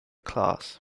class